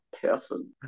person